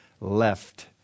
left